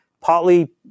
partly